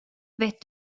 vet